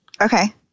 Okay